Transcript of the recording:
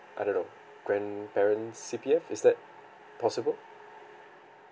I don't know grandparents' C_P_F is that possible